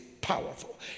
powerful